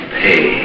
pay